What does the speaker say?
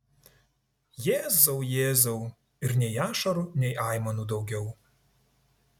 jėzau jėzau ir nei ašarų nei aimanų daugiau